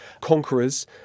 conquerors